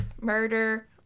murder